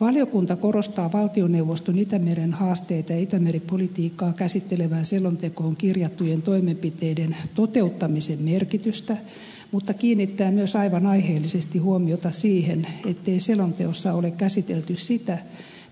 valiokunta korostaa valtioneuvoston itämeren haasteita ja itämeri politiikkaa käsittelevään selontekoon kirjattujen toimenpiteiden toteuttamisen merkitystä mutta kiinnittää myös aivan aiheellisesti huomiota siihen ettei selonteossa ole käsitelty sitä